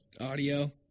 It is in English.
Audio